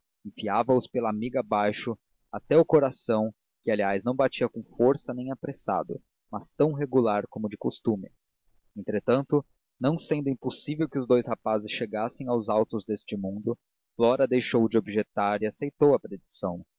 cabocla enfiava os pela amiga abaixo até o coração que aliás não batia com força nem apressado mas tão regular como de costume entretanto não sendo impossível que os dous rapazes chegassem aos altos deste mundo flora deixou de objetar e aceitou a predição